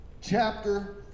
chapter